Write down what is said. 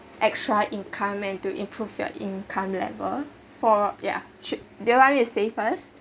extra income and to improve your income level for ya should do you want me to say first